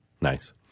Nice